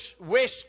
wish